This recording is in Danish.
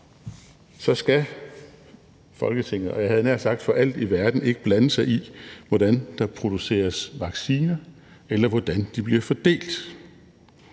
skal Folketinget, og jeg havde nær sagt for alt i verden ikke blande sig i, hvordan der produceres vacciner, eller hvordan de bliver fordelt.